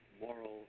moral